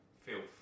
Filth